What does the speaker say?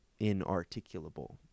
inarticulable